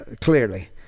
clearly